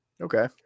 Okay